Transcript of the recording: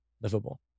livable